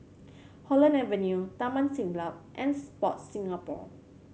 Holland Avenue Taman Siglap and Sport Singapore